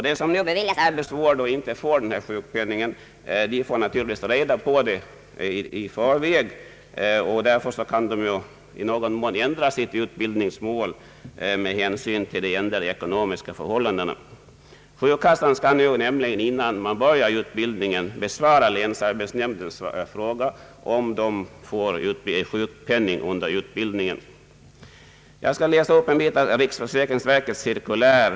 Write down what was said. De som nu beviljas arbetsvård och inte får denna sjukpenning får naturligtvis reda på detta i förväg. Därför kan de i någon mån ändra sitt utbildningsmål med hänsyn till de ändrade ekonomiska förhållandena. Sjukkassan skall ju nu innan utbildningen beslutas besvara länsarbetsnämndens fråga om sjukpenning under utbildningstiden kan utgå. Jag skall läsa upp en bit ur riksförsäkringsverkets cirkulär.